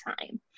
time